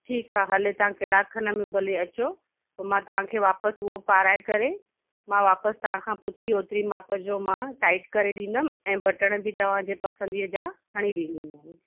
ठीक आहे हले तव्हां कलाकु खन में भले अचो पोइ मां तव्हां खे वापस उहो पाराए करे मां वापस तव्हां खां पुछी ओतिरी माप जो मां टाइट करे ॾींदम ऐं बटण बि तव्हां जी पसंदीअ जा हणी ॾींदीमाव